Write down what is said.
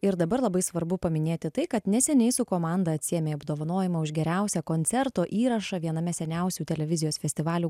ir dabar labai svarbu paminėti tai kad neseniai su komanda atsiėmei apdovanojimą už geriausią koncerto įrašą viename seniausių televizijos festivalių